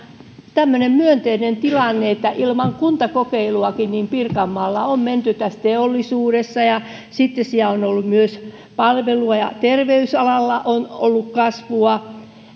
tämmöinen myönteinen tilanne mihin ilman kuntakokeiluakin pirkanmaalla on menty teollisuudessa ja sitten siellä on myös palvelu ja terveysalalla ollut kasvua